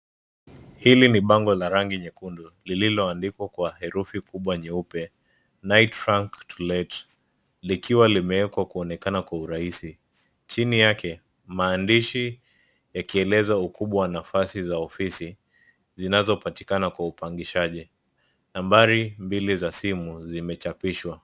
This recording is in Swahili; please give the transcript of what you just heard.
Hili ni bango la rangi nyekundu lililo andikwa kwa herufi kubwa nyeupe Knight Frank to let likiwa limewekwa kwa kuonekana kwa urahisi. Chini yake maandishi yakieleza ukubwa wa nafasi za ofisi zinazo patikana kwa upangishaji nambari mbili za simu zimechapishwa.